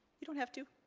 you don't have to,